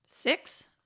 Six